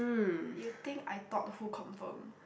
you think I thought who confirm